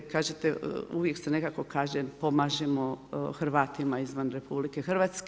Kažete, uvijek se nekako kažem, pomažemo Hrvatima izvan RH.